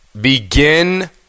begin